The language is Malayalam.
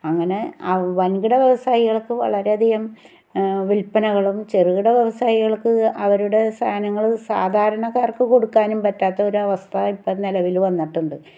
അങ്ങനെ വൻകിട വ്യവസായികൾക്ക് വളരെയധികം വിൽപ്പനകളും ചെറ്കിട വ്യവസായികൾക്ക് അവരുടെ സാധങ്ങൾ സാധാരണക്കാർക്ക് കൊടുക്കാനും പറ്റാത്തൊരവസ്ഥ ഇപ്പം നിലവിൽ വന്നിട്ടുണ്ട്